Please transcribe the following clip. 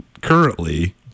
currently